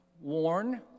warn